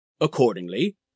Accordingly